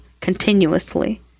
continuously